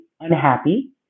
unhappy